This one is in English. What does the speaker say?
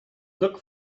look